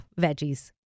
veggies